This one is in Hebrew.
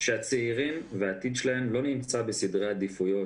שהצעירים והעתיד שלהם לא נמצאים בסדרי עדיפויות